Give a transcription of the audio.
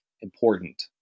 important